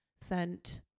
sent